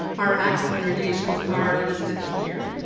our acts and regulations are listed here,